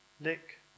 lick